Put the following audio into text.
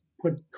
put